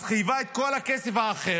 אז היא חייבה את כל הכסף האחר,